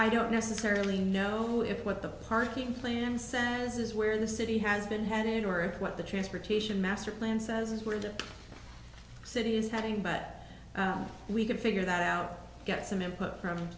i don't necessarily know if what the parking plan says is where the city has been headed or what the transportation master plan says is where the city is having but we can figure that out get some input from